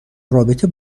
رابطه